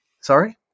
Sorry